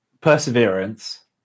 perseverance